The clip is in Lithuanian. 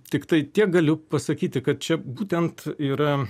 tiktai tiek galiu pasakyti kad čia būtent yra